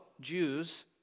Jews